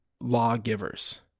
lawgivers